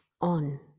on